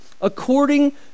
According